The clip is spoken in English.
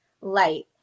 light